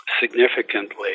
significantly